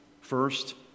First